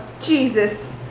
Jesus